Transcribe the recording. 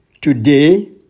Today